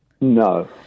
No